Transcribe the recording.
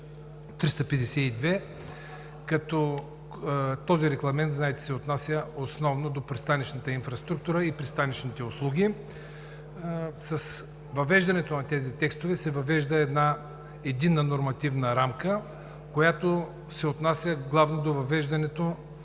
като този регламент, знаете, се отнася основно до пристанищната инфраструктура и пристанищните услуги. С тези текстове се въвежда една единна нормативна рамка, която се отнася главно до въвеждането